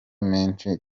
menshi